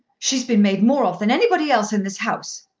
she's been made more of than anybody else in this house.